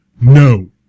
no